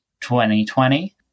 2020